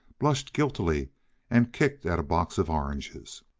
blushed guiltily and kicked at a box of oranges.